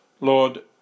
Lord